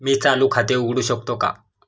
मी चालू खाते उघडू शकतो का?